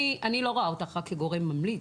אני לא רואה אותך רק כגורם ממליץ.